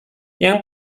yang